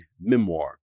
memoir